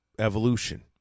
evolution